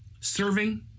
serving